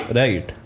right